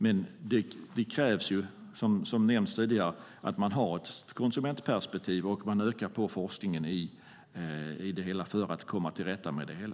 Men som har nämnts tidigare krävs att man har ett konsumentperspektiv och att man ökar forskningen för att komma till rätta med det hela.